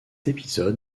épisode